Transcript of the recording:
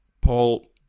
Paul